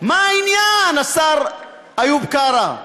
מה העניין, השר איוב קרא?